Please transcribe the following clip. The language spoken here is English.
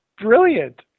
Brilliant